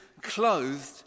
clothed